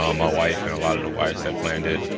um my wife and a lot of the wives had planned it.